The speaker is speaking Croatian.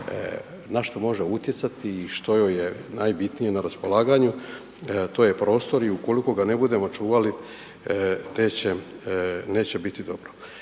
na što može utjecati i što joj je najbitnije na raspolaganju, to je prostor i ukoliko ga ne budemo čuvali neće biti dobro.